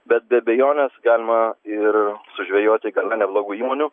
bet be abejonės galima ir sužvejoti gana neblogų įmonių